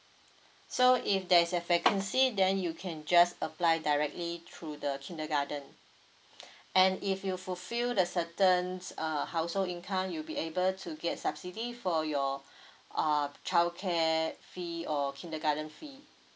so if there's a vacancy then you can just apply directly through the kindergarten and if you fulfill the certain uh household income you'll be able to get subsidy for your uh childcare fee or kindergarten fee